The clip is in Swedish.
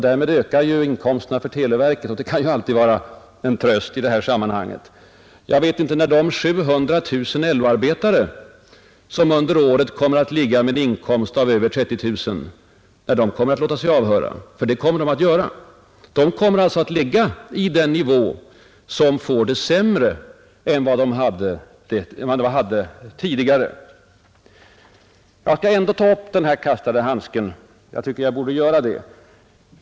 Därmed ökar inkomsterna för televerket, och det kan ju alltid vara en tröst i det här sammanhanget. Jag vet inte när de 700 000 LO-medlemmar som under året når upp till en inkomst över 30 000 kronor låter höra av sig, men de kommer att göra det. De kommer alltså då att befinna sig vid den ekonomiska nivå där man får det sämre än tidigare. Men jag skall ändå ta upp den kastade handsken. Jag tycker jag bör göra det.